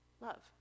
love